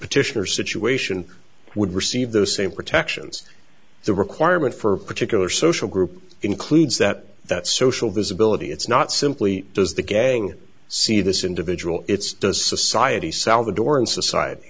petitioner situation would receive the same protections the requirement for a particular social group includes that that social visibility it's not simply does the gang see this individual it's does society salvadoran society